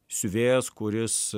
siuvėjas kuris